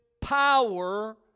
power